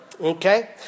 okay